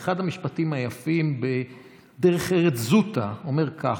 אחד המשפטים היפים במסכת דרך ארץ זוטא אומר כך: